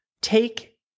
take